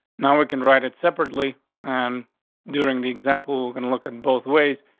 now we can write it separately on during the example, gonna look in both ways,